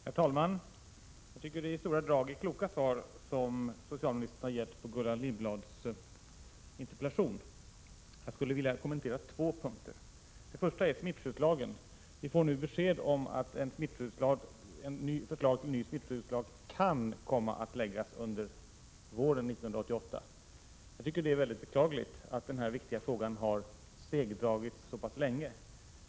Herr talman! Jag tycker att det i stora drag är kloka svar som socialministern har gett på Gullan Lindblads interpellation. Jag skulle vilja kommentera två punkter. Först några ord om smittskyddslagen. Vi får nu besked om att ett förslag till ny smittskyddslag kan komma att läggas fram under våren 1988. Jag tycker att det är mycket beklagligt att denna viktiga fråga har segdragits så pass länge.